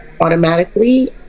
automatically